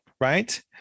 Right